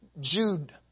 Jude